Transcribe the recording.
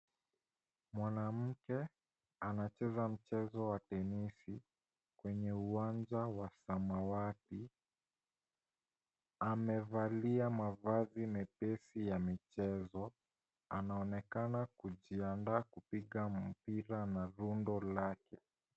Mwanamke anacheza mchezo wa tenisi kwenye uwanja wa samawati. Amevalia mavazi mepesi ya michezo. Anaonekana kujiandaa kupiga mpira na rundo lake.